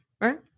right